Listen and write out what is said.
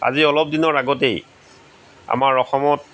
আজি অলপ দিনৰ আগতেই আমাৰ অসমত